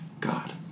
God